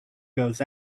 goes